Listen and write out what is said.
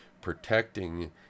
protecting